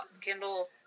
kindle